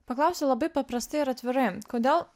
paklausiu labai paprastai ir atvirai kodėl